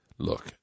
Look